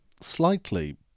slightly